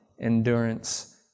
endurance